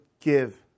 give